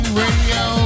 radio